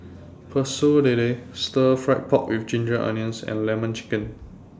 Pecel Lele Stir Fry Pork with Ginger Onions and Lemon Chicken